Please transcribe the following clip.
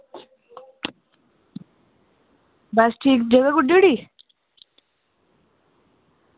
बस ठीक जगह गुड्डी ओड़ी